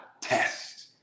test